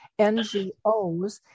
NGOs